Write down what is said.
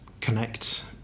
connect